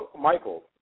Michael